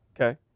okay